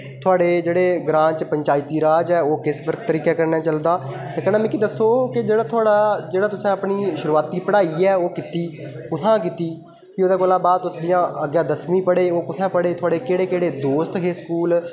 थुआढे़ जेह्ड़े ग्रांऽ च पंचायती राज ऐ ओह् किस तरीके कन्नै चलदा ते कन्नै मिक्की दस्सो कि जेह्ड़ा थुआढ़ा जेह्का तुसें अपनी शुरुआती पढ़ाई ऐ ओह् कीती कु'त्थां कीती फ्ही ओह्दा कोला बाद तुस जि'यां अग्गें दसमीं पढ़े ओह् कु'त्थां पढ़े ओह् थुआड़े केह्डे़ केह्डे़ दोस्त हे स्कूल